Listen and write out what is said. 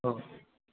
हो